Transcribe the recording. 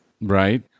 right